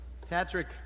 Patrick